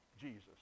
Jesus